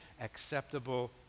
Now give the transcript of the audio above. acceptable